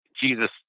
Jesus